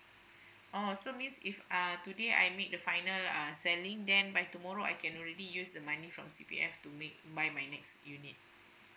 oh so means if uh today I make the final uh selling then by tomorrow I can already use the money from C_P_F to make buy my next unit